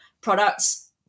products